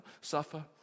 suffer